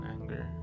anger